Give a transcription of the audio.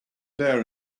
there